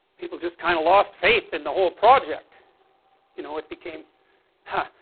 people just kind of lost faith in the whole project you know, it became huh!